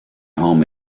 home